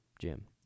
Jim